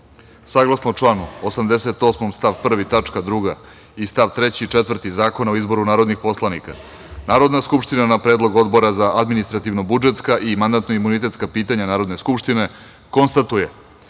članu 88. stav 1. tačka 2. i stavovi 3. i 4. Zakona o izboru narodnih poslanika, Narodna skupština, na predlog Odbora za administrativno-budžetska i mandatno-imunitetska pitanja Narodne skupštine, konstatuje